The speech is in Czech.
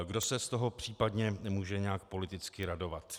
Kdo se z toho případně může nějak politicky radovat?